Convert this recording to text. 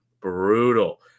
brutal